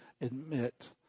admit